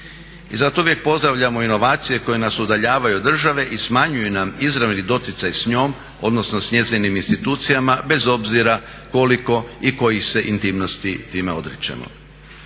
I zato uvije pozdravljamo inovacije koje nas udaljavaju od države i smanjuju nam izravni doticaj s njom odnosno s njezinim institucijama bez obzira koliko i kojih se intimnosti time odričemo.